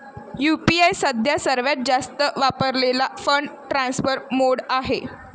UPI सध्या सर्वात जास्त वापरलेला फंड ट्रान्सफर मोड आहे